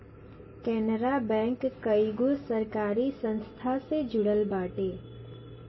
Canara bank कईगो सरकारी संस्था से जुड़ल बाटे